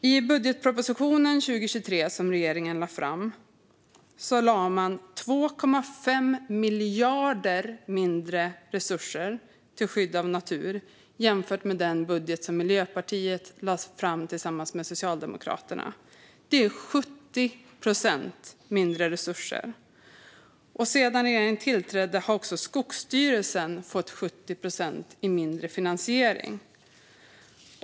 I budgetpropositionen 2023 som regeringen lade fram avsatte man 2,5 miljarder mindre resurser till skydd av natur jämfört med i den budget som Miljöpartiet lade fram tillsammans med Socialdemokraterna. Det är 70 procent mindre resurser. Sedan regeringen tillträdde har också Skogsstyrelsen fått 70 procent mindre i finansiering.